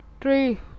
three